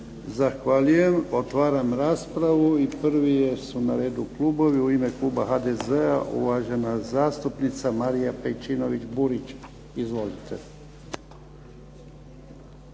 Zahvaljujem. Otvaram raspravu. I prvi su na redu klubovi. U ime kluba HDZ-a uvažena zastupnica Marija Pejčinović Burić. Izvolite.